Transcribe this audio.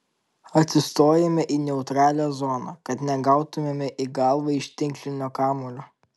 atsistojame į neutralią zoną kad negautumėme į galvą iš tinklinio kamuolio